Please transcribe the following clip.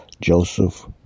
joseph